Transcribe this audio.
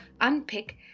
unpick